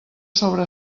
sobre